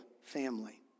family